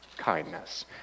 kindness